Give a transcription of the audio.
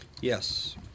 Yes